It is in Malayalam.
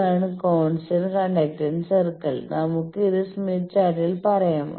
ഇതാണ് കോൺസ്റ്റന്റ് കണ്ടക്റ്റൻസ് സർക്കിൾ നമുക്ക് ഇത് സ്മിത്ത് ചാർട്ടിൽ പറയാം